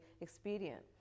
expedient